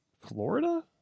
Florida